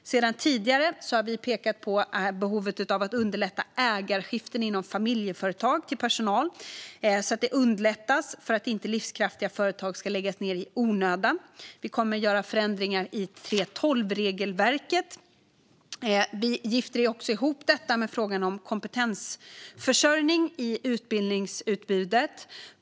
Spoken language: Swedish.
Sedan tidigare har vi pekat på behovet av att underlätta ägarskiften inom familjeföretag till personal för att inte livskraftiga företag ska läggas ned i onödan. Vi kommer att göra förändringar i 3:12-regelverket och gifter ihop detta med frågan om kompetensförsörjning i utbildningsutbudet.